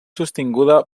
sostinguda